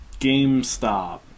GameStop